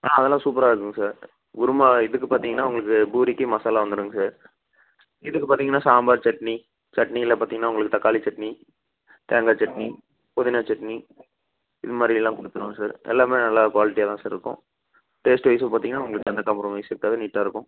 ஆ அதெல்லாம் சூப்பராக இருக்குங்க சார் குருமா இதுக்கு பார்த்தீங்கன்னா உங்களுக்கு பூரிக்கு மசாலா வந்துடுங்க சார் இதுக்கு பார்த்தீங்கன்னா சாம்பார் சட்னி சட்னியில் பார்த்தீங்கன்னா உங்களுக்குத் தக்காளிச் சட்னி தேங்காய்ச் சட்னி புதினாச் சட்னி இது மாதிரி எல்லாம் கொடுத்துருவோம் சார் எல்லாமே நல்லா குவாலிட்டியாக தான் சார் இருக்கும் டேஸ்ட்வைஸும் பார்த்தீங்கன்னா உங்களுக்கு எந்த காம்ப்ரமைஸும் இருக்காது நீட்டாக இருக்கும்